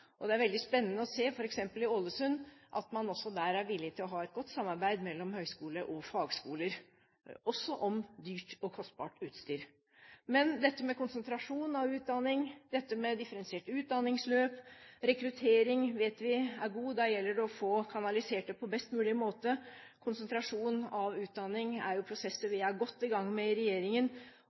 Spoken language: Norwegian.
Det er veldig spennende å se, f.eks. i Ålesund, at man også der er villig til å ha et godt samarbeid mellom høyskole og fagskoler, også om dyrt og kostbart utstyr. Dette med konsentrasjon av utdanning, differensiert utdanningsløp, rekruttering – som vi vet er god, og som det gjelder å få kanalisert på best mulig måte – er prosesser vi er godt i gang med i regjeringen.